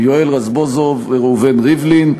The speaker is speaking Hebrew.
יואל רזבוזוב וראובן ריבלין,